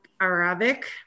Arabic